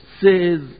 says